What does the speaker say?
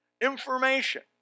Information